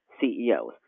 CEOs